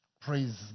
Praise